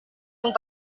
yang